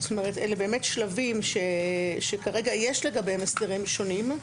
אלה שלבים שכרגע יש לגביהם הסדרים שונים,